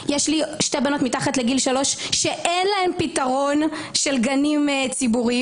יש לי שתי בנות מתחת לגיל 3 שאין להן פתרון של גנים ציבוריים.